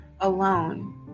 alone